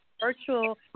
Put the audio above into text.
virtual